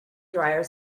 dryer